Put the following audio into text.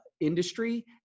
industry